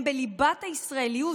הם בליבת הישראליות,